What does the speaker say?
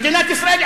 מדינת ישראל,